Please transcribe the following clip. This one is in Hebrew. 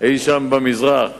אי-שם במזרח